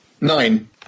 Nine